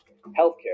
healthcare